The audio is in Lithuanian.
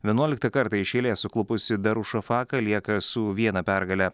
vienuoliktą kartą iš eilės suklupusi darušafaka lieka su viena pergale